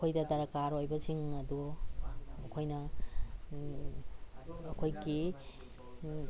ꯑꯩꯈꯣꯏꯗ ꯗꯔꯀꯥꯔ ꯑꯣꯏꯕꯁꯤꯡ ꯑꯗꯨ ꯑꯩꯈꯣꯏꯅ ꯑꯩꯈꯣꯏꯒꯤ